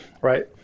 right